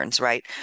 right